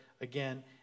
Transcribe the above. again